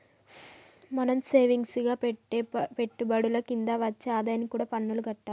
మనం సేవింగ్స్ గా పెట్టే పెట్టుబడుల కింద వచ్చే ఆదాయానికి కూడా పన్నులు గట్టాలే